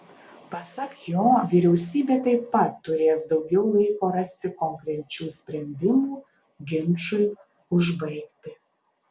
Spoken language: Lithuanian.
pasak jo vyriausybė taip pat turės daugiau laiko rasti konkrečių sprendimų ginčui užbaigti